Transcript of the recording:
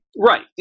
Right